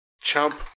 chump